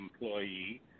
employee